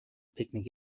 picnic